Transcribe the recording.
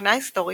מבחינה היסטורית,